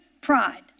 pride